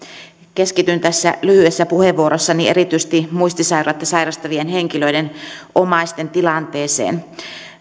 keskityn tässä lyhyessä puheenvuorossani erityisesti muistisairautta sairastavien henkilöiden omaisten tilanteeseen